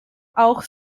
auch